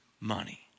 money